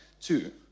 two